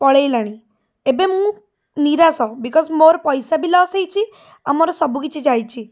ପଳେଇଲାଣି ଏବେ ମୁଁ ନିରାଶ ବିକଜ୍ ମୋର ପଇସା ବି ଲସ୍ ହେଇଛି ଆଉ ମୋର ସବୁ କିଛି ଯାଇଛି